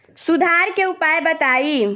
सुधार के उपाय बताई?